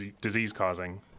disease-causing